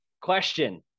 question